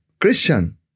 Christian